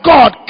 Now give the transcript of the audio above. God